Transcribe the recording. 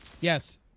Yes